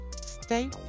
stay